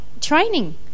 training